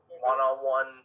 one-on-one